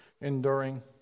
enduring